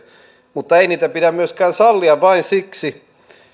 mutta ei niitä pidä myöskään sallia vain siksi